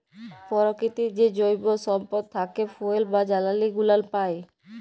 পরকিতির যে জৈব সম্পদ থ্যাকে ফুয়েল বা জালালী গুলান পাই